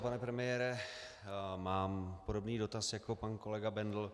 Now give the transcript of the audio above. Pane premiére, mám podobný dotaz jako pan kolega Bendl.